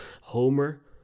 Homer